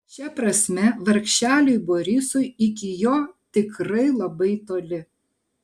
šia prasme vargšeliui borisui iki jo tikrai labai toli